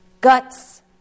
guts